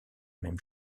mêmes